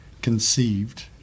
conceived